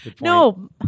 No